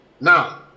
Now